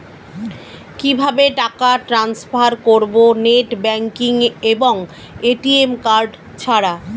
কিভাবে টাকা টান্সফার করব নেট ব্যাংকিং এবং এ.টি.এম কার্ড ছাড়া?